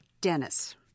Dennis